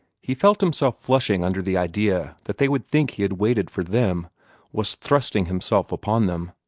he felt himself flushing under the idea that they would think he had waited for them was thrusting himself upon them.